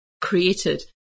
created